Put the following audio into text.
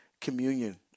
communion